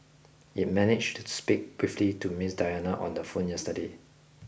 it managed to speak briefly to Ms Diana on the phone yesterday